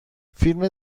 فیلم